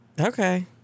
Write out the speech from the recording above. Okay